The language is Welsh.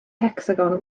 hecsagon